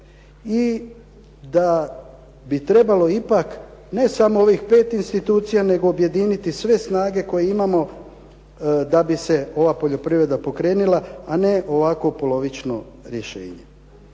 i da bi trebalo ipak ne samo ovih 5 institucija, nego objediniti sve snage koje imamo da bi se ova poljoprivreda pokrenula, a ne ovako polovično rješenje.